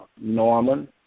Norman